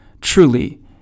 truly